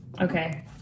Okay